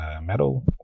metal